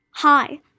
Hi